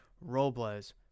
Robles